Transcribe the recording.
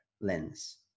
lens